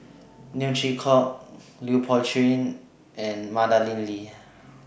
Neo Chwee Kok Lui Pao Chuen and Madeleine Lee